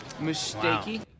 mistakey